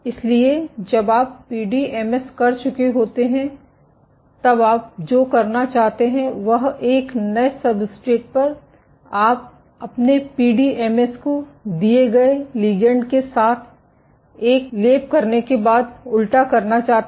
इसलिए जब आप पीडीएमएस कर चुके होते हैं तब आप जो करना चाहते हैं वह एक नए सब्सट्रेट पर आप अपने पीडीएमएस को दिए गए लिगैंड के साथ एक लेप करने के बाद उल्टा करना चाहते हैं